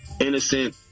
innocent